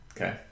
Okay